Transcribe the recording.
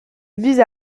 vise